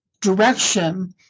direction